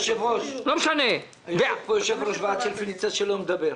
נמצא פה יושב-ראש הוועד של פניציה שלא מדבר.